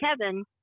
Kevin